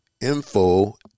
info